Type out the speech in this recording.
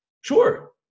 Sure